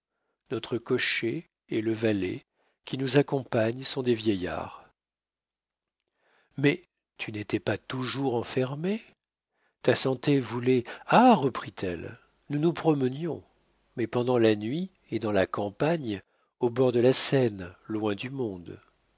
notre cocher et le valet qui nous accompagne sont des vieillards mais tu n'étais pas toujours enfermée ta santé voulait ha reprit-elle nous nous promenions mais pendant la nuit et dans la campagne au bord de la seine loin du monde